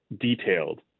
detailed